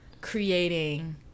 creating